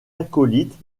acolytes